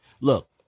Look